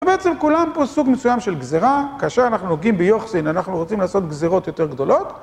ובעצם כולם פה סוג מסוים של גזירה, כאשר אנחנו נוגעים ביוחסין אנחנו רוצים לעשות גזירות יותר גדולות.